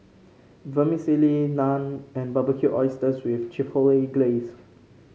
Vermicelli Naan and Barbecued Oysters with Chipotle Glaze